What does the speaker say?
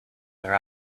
their